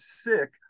sick